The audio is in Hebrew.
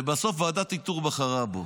ובסוף ועדת איתור בחרה בו.